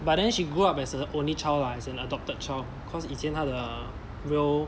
but then she grew up as a only child lah as an adopted child cause 以前她的 real